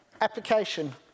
application